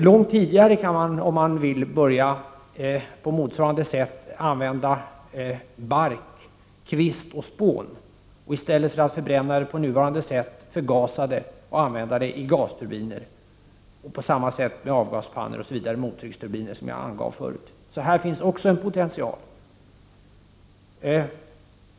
Långt tidigare kan man, om man vill, på motsvarande sätt börja använda bark, kvist och spån. I stället för att förbränna dessa material såsom nu sker skulle man kunna förgasa dem och driva gasturbiner. Vidare kunde man utnyttja avgaspannor och mottrycksturbiner på det sätt som jag angav tidigare. Här finns alltså också en potential.